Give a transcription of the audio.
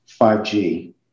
5G